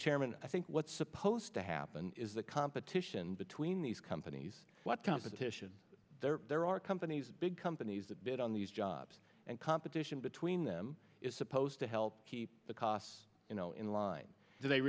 chairman i think what's supposed to happen is the competition between these companies what competition there there are companies big companies a bit on these jobs and competition between them is supposed to help keep the costs you know in line so they